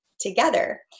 Together